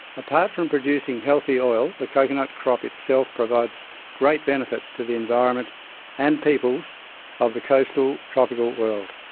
apart from producing healthy oil, the coconut crop itself provides great benefits to the environment and peoples of the coastal tropical world.